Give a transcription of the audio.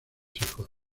hijos